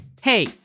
Hey